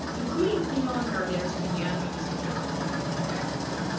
including female interrogators who began by using gentler techniques effectively.